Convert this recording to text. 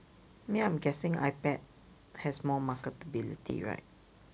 I mean I'm guessing ipad has more marketablity right